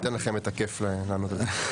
אני אתן לכם את הכיף לענות על זה.